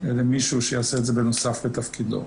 למישהו שיעשה את זה בנוסף לתפקידו.